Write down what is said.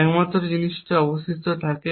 একমাত্র জিনিসটি অবশিষ্ট থাকে